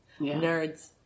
Nerds